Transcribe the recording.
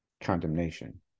Condemnation